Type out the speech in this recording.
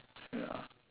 ya